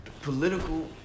political